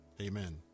Amen